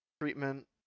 treatment